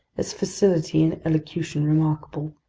his facility in elocution remarkable.